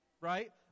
Right